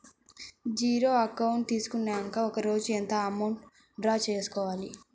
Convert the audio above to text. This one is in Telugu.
జీరో అకౌంట్ తీసుకున్నాక ఒక రోజుకి ఎంత అమౌంట్ డ్రా చేసుకోవాలి?